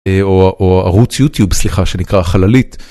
או ערוץ יוטיוב סליחה שנקרא חללית.